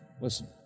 Listen